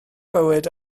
bywyd